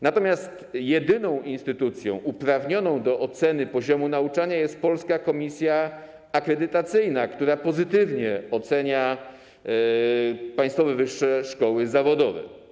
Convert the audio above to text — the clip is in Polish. Natomiast jedyną instytucją uprawnioną do oceny poziomu nauczania jest Polska Komisja Akredytacyjna, która pozytywnie ocenia państwowe wyższe szkoły zawodowe.